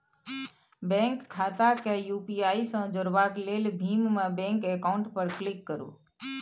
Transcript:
bank खाता केँ UPI सँ जोरबाक लेल भीम मे बैंक अकाउंट पर क्लिक करु